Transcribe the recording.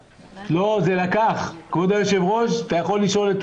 לא, זה לקח, כבוד היושב ראש, אתה יכול לשאול את